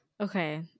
Okay